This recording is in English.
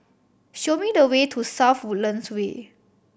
show me the way to South Woodlands Way